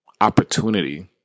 opportunity